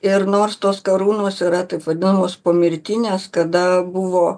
ir nors tos karūnos yra taip vadinamos pomirtinės kada buvo